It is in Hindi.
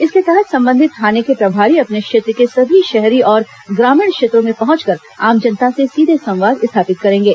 इसके तहत संबंधित थाने के प्रभारी अपने क्षेत्र के सभी शहरी और ग्रामीण क्षेत्रों में पहंचकर आम जनता से सीधे संवाद स्थापित करेंगे